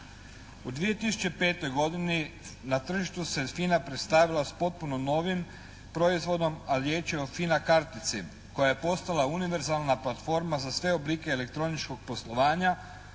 U 2005. godini na tržištu se FINA predstavila s potpuno novim proizvodom, a riječ je o FINA kartici koja je postala univerzalna platforma za sve oblike elektroničkog poslovanja